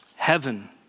Heaven